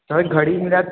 sir घड़ी मेरा